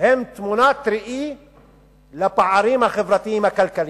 הם תמונת ראי לפערים החברתיים-הכלכליים.